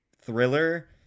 thriller